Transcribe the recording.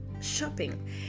shopping